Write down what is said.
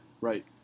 Right